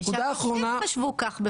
חמישה שופטים חשבו כך.